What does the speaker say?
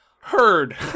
Heard